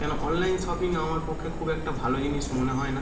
কেন online shopping আমার পক্ষে খুব একটা ভালো জিনিস মনে হয় না